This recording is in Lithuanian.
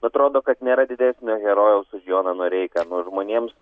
atrodo kad nėra didesnio herojaus už joną noreiką nors žmonėms